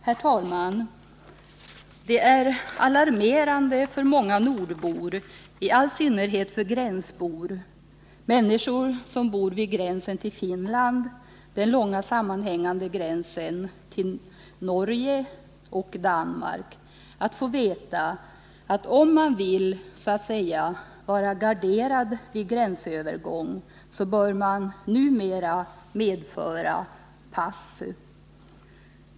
Herr talman! Det är alarmerande för många nordbor, i all synnerhet för människor som bor vid gränsen till Finland och Danmark eller vid den långa sammanhängande landgränsen till Norge att få veta att om man vill så att säga vara garderad vid gränsövergång bör man numera medföra pass.